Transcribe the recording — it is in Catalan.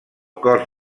cos